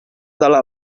dalla